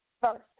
first